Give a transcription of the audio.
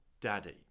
Daddy